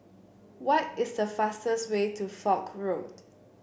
why is the fastest way to Foch Road